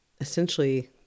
essentially